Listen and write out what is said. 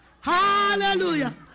Hallelujah